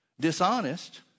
dishonest